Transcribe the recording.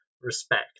respect